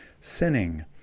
sinning